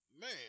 man